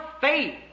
faith